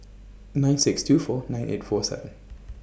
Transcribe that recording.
nine six two four nine eight four seven